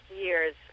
years